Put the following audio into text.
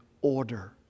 order